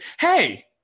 Hey